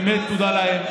באמת תודה להם.